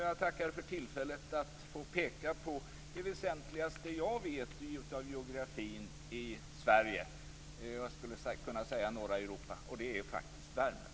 Jag tackar för tillfället att få peka på det väsentligaste jag vet av geografin i Sverige - ja, i norra Europa - och det är faktiskt Värmland.